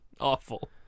Awful